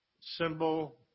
symbol